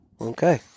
Okay